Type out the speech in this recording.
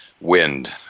wind